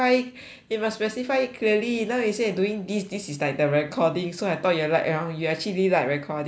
you must specify it clearly now you say doing this this is like the recording so I thought you are like and you actually like recording yourself